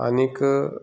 आनीक